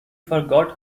forgot